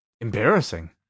embarrassing